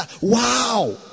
Wow